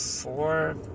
four